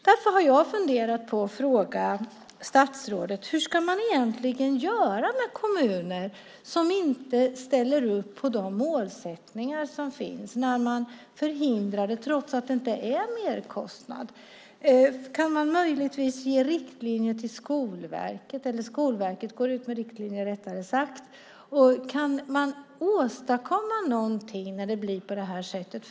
Därför har jag funderat på att fråga statsrådet: Hur ska man egentligen göra med kommuner som inte ställer upp på de målsättningar som finns? Man förhindrar det trots att det inte handlar om merkostnad. Kan möjligtvis Skolverket gå ut med riktlinjer? Kan man åstadkomma något när det blir på det här sättet?